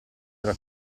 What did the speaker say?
era